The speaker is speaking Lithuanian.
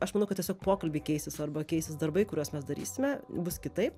aš manau kad tiesiog pokalbiai keisis arba keisis darbai kuriuos mes darysime bus kitaip